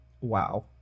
wow